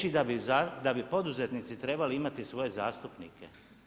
Reći da bi poduzetnici trebali imati svoje zastupnike.